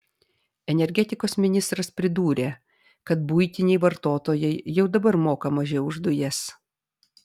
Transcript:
energetikos ministras pridūrė kad buitiniai vartotojai jau dabar moka mažiau už dujas